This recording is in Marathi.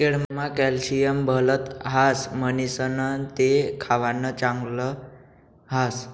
केळमा कॅल्शियम भलत ह्रास म्हणीसण ते खावानं चांगल ह्रास